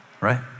right